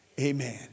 Amen